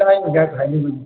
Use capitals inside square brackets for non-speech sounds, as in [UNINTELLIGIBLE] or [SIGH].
[UNINTELLIGIBLE]